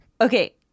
Okay